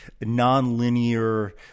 non-linear